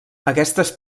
aquestes